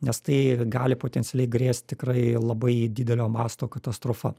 nes tai gali potencialiai grėsti tikrai labai didelio masto katastrofa